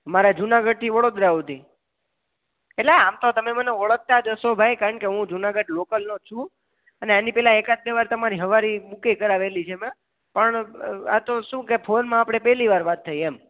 મારે જૂનાગઢથી વડોદરા સુધી એટલે આમ તો તમે મને ઓળખતા જ હશો ભાઈ કારણ કે હું જુનાગઢ લોકલનો જ છું અને એની પહેલાં એકાદ બે વાર તમારી સવારી બુકેય કરાવેલી છે મેં પણ આ તો શું કે ફોનમાં આપણે પહેલી વાર વાત થઇ એમ